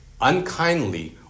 unkindly